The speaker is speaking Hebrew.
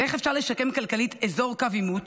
ואיך אפשר לשקם כלכלית אזור קו עימות